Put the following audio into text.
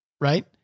Right